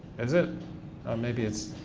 is it? oh maybe it's,